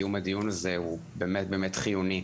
קיום הדיון הזה הוא באמת חיוני.